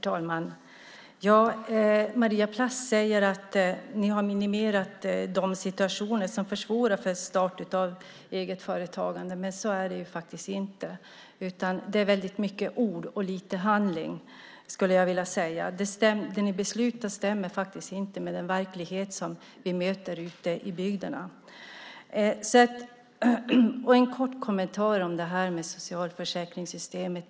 Herr talman! Maria Plass säger att ni har minimerat de situationer som försvårar för start av eget företagande. Men så är det faktiskt inte. Det är mycket ord och lite handling, skulle jag vilja säga. Det ni beslutar stämmer inte med den verklighet som vi möter ute i bygderna. Jag har en kort kommentar till socialförsäkringssystemet.